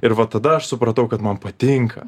ir va tada aš supratau kad man patinka